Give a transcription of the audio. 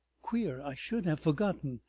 queer i should have forgotten!